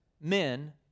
men